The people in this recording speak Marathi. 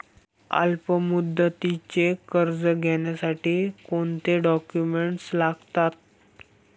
अल्पमुदतीचे कर्ज घेण्यासाठी कोणते डॉक्युमेंट्स लागतात?